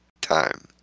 time